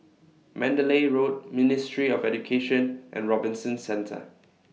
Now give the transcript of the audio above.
Mandalay Road Ministry of Education and Robinson Centre